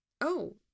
Oh